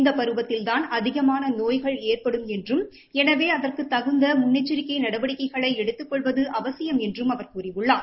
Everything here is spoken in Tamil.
இந்த பருவத்தில்தான் அதிகமான நோய்கள் ஏற்படும் என்றும் எனவே அதற்கு தகுந்த முன்னெச்சிக்கை நடவடிக்கைகளை எடுத்துக் கொள்வது அவசியம் என்றும் அவர் கூறியுள்ளார்